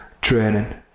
Training